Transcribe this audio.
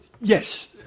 yes